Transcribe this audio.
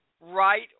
right